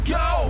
go